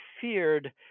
feared